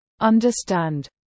understand